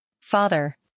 Father